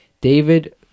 David